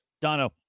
Dono